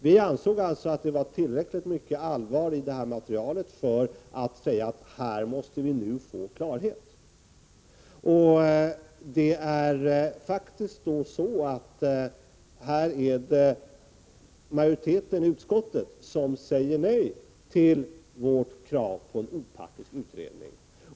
Vi ansåg alltså att det var tillräckligt mycket allvar i det här materialet för att säga att vi nu måste få klarhet. Här är det faktiskt majoriteten i utskottet som säger nej till vårt krav på en opartisk utredning.